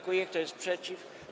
Kto jest przeciw?